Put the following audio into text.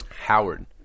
Howard